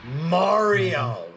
Mario